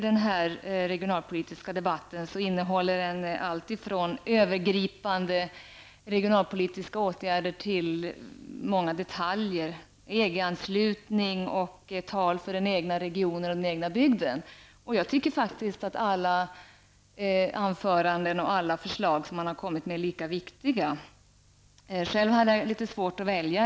Den regionalpolitiska debatten innehåller alltifrån övergripande regionalpolitiska åtgärder till många detaljer, t.ex. EG-anslutning och tal för den egna regionen och bygden. Alla anföranden och förslag är lika viktiga. Själv hade jag litet svårt att välja.